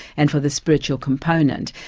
and for the spiritual component,